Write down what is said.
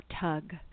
Tug